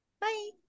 Bye